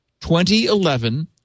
2011